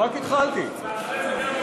רק התחלתי.